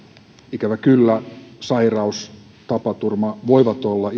ikävä kyllä sairaus tapaturma voivat olla